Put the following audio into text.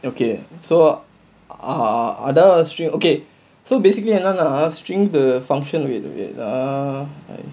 okay so are other string okay so basically and another string the function with it ah